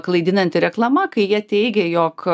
klaidinanti reklama kai jie teigė jog